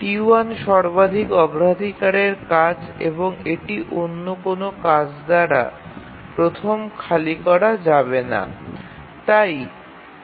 T1 সর্বাধিক অগ্রাধিকারের কাজ এবং এটি অন্য কোনও কাজ দ্বারা প্রথমে খালি করা হবে না সেটা দেখা হয়